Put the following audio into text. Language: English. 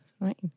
Right